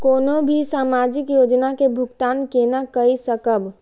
कोनो भी सामाजिक योजना के भुगतान केना कई सकब?